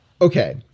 okay